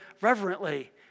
reverently